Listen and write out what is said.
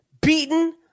Beaten